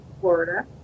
florida